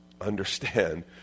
understand